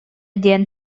диэн